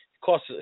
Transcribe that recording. Cost